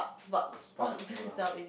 a spark lah